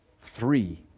three